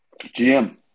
GM